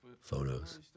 photos